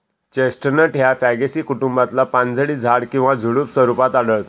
chestnut ह्या Fagaceae कुटुंबातला पानझडी झाड किंवा झुडुप स्वरूपात आढळता